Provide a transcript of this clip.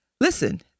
listen